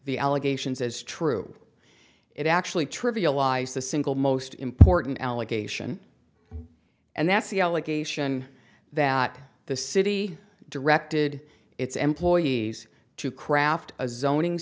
the allegations as true it actually trivialize the single most important allegation and that's the allegation that the city directed its employees to craft a zoning